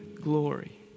glory